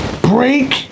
Break